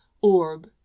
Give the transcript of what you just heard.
orb